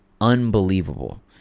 unbelievable